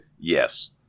Yes